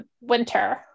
Winter